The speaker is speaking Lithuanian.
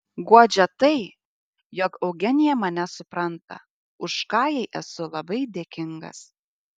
guodžia tai jog eugenija mane supranta už ką jai esu labai dėkingas